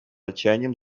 отчаянием